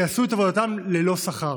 יעשו את עבודתם ללא שכר.